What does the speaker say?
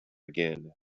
again